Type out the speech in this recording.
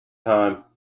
time